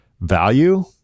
value